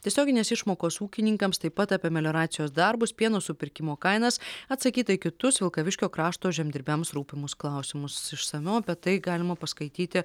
tiesioginės išmokos ūkininkams taip pat apie melioracijos darbus pieno supirkimo kainas atsakyta į kitus vilkaviškio krašto žemdirbiams rūpimus klausimus išsamiau apie tai galima paskaityti